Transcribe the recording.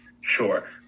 sure